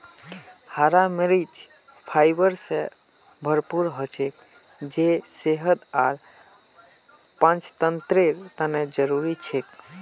हरा मरीच फाइबर स भरपूर हछेक जे सेहत और पाचनतंत्रेर तने जरुरी छिके